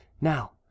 now